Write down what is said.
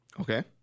okay